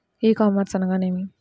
ఈ కామర్స్ అనగా నేమి?